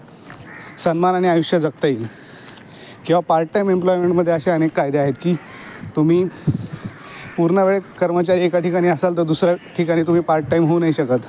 सन्मानाने आयुष्य जगता येईल किंवा पार्टटाईम एम्पलॉयमेंटमध्ये असे अनेक कायदे आहेत की तुम्ही पूर्ण वेळ कर्मचारी एका ठिकाणी असाल तर दुसऱ्या ठिकाणी तुम्ही पार्टटाईम होऊ नाही शकत